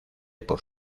por